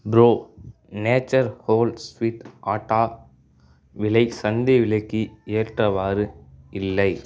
bro nature whole sweet atta விலை சந்தை விலைக்கு ஏற்றவாறு இல்லை